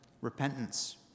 repentance